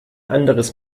anderes